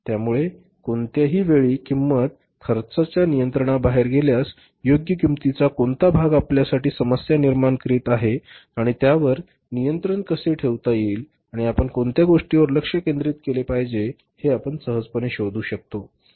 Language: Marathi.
त्यामुळे कोणत्याही वेळी किंमत खर्चाच्या नियंत्रणाबाहेर गेल्यास योग्य किंमतीचा कोणता भाग आपल्यासाठी समस्या निर्माण करीत आहे आणि त्यावर नियंत्रण कसे ठेवता येईल आणि आपण कोणत्या गोष्टीवर लक्ष केंद्रित केले पाहिजे हे आपण सहजपणे शोधू शकतो